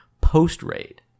post-raid